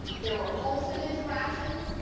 there are repulsive interactions,